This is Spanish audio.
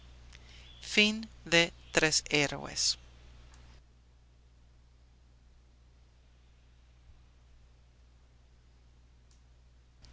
de tres torres